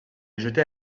jeter